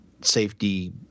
safety